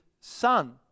son